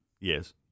Yes